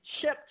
Shipped